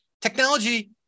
technology